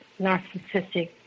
narcissistic